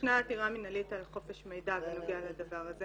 ישנה עתירה מנהלית על חופש מידע בנוגע לדבר הזה,